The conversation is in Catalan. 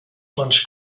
fons